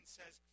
says